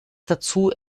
dazu